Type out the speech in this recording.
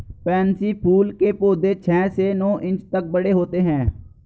pansy फूल के पौधे छह से नौ इंच तक बड़े होते हैं